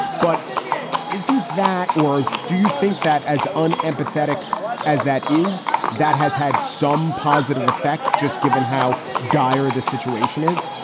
but isn't that. or do you think that as unsympathetic as that is, that has had some positive effect, just given how dire the situation is?